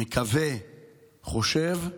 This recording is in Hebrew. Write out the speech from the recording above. מקווה, חושב,